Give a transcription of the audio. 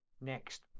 next